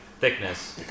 thickness